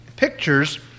pictures